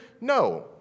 No